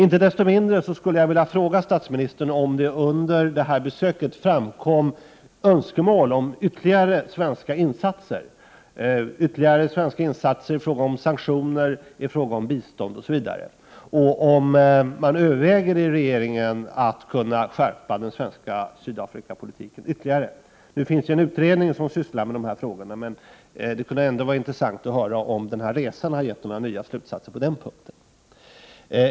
Inte desto mindre skulle jag vilja fråga statsministern om det under detta besök framkom önskemål om ytterligare svenska insatser i fråga om sanktioner, bistånd osv. och om man i regeringen överväger att skärpa den svenska Sydafrikapolitiken ytterligare. Det finns ju nu en utredning som sysslar med dessa frågor. Det kunde ändå vara intressant att höra om denna resa givit några nya slutsatser i det avseendet.